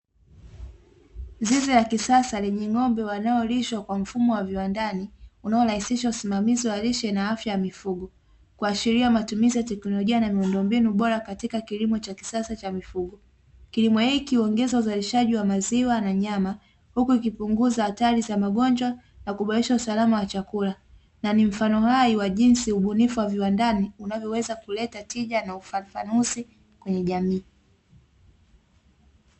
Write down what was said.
Zizi la kisasa lenye ng'ombe wanaolishwa kwa mfumo wa viwandani ,unaorahisishwa usimamizi wa lishe na afya ya mifugo, kuashiria matumizi ya teknolojia na miundombinu bora katika kilimo cha kisasa cha mifugo, kilimo hiki huongeza uzalishaji wa maziwa na nyama, huku ikipunguza hatari za magonjwa na kuboresha usalama wa chakula, na ni mfano hai wa jinsi ubunifu wa viwandani unavyoweza kuleta tija na ufafanuzi kwenye jamii.